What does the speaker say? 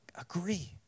agree